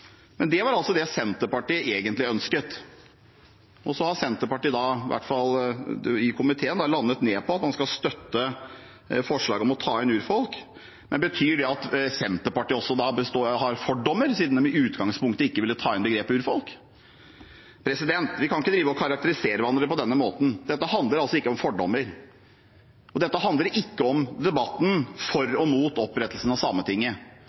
Men det var det Senterpartiet egentlig ønsket, og så har Senterpartiet i komiteen landet på at man skal støtte forslaget om å ta inn «urfolk». Men betyr det at Senterpartiet også har fordommer, siden de i utgangspunktet ikke ville ta inn begrepet «urfolk»? Vi kan ikke drive å karakterisere hverandre på denne måten. Dette handler ikke om fordommer, og dette handler ikke om debatten for og mot opprettelsen av